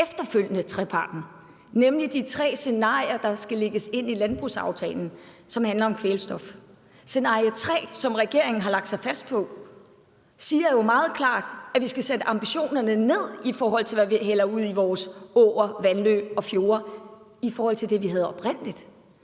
efter treparten, nemlig de tre scenarier, der skal lægges ind i landbrugsaftalen, som handler om kvælstof. Scenarie tre, som regeringen har lagt sig fast på, siger jo meget klart, at vi skal sætte ambitionerne ned, i forhold til hvad vi hælder ud i vores åer, vandløb og fjorde, i forhold til det vi havde oprindelig.